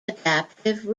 adaptive